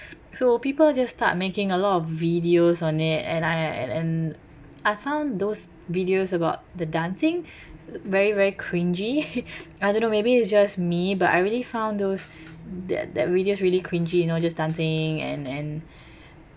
so people just start making a lot of videos on it and I and and I found those videos about the dancing very very cringey I don't know maybe it's just me but I really found those that that videos really cringey you know just dancing and and